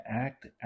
act